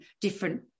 different